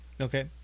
Okay